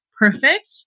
perfect